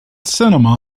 cinema